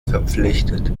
verpflichtet